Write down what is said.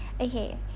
okay